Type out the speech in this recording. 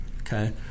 okay